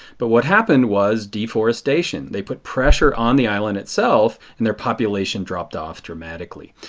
but what happened was deforestation. they put pressure on the island itself and their population dropped off dramatically.